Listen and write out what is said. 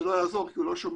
זה לא יעזור כי הוא לא שומע